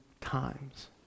times